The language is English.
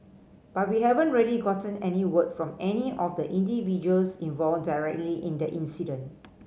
but we haven't really gotten any word from any of the individuals involved directly in the incident